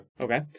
Okay